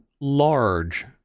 large